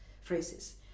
phrases